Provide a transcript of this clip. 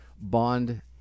Bond